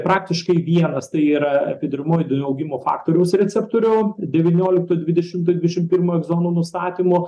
praktiškai vienas tai yra epidermoidų augimo faktoriaus receptorių devynioliktoj dvidešimtoj dvidešim pirmoj zonų nustatymo